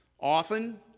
Often